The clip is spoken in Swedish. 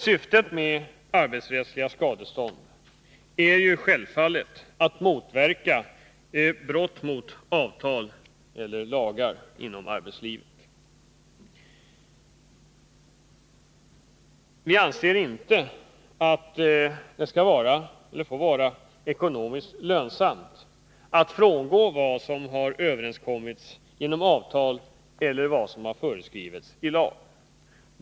Syftet med arbetsrättsliga skadestånd är självfallet att motverka brott mot avtal eller lagar inom arbetslivet. Det får inte vara ekonomiskt lönsamt att frångå vad som har överenskommits genom avtal eller vad som har föreskrivits i lagar.